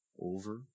Over